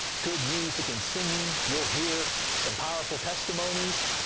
good music and singing, you'll hear some powerful testimonies,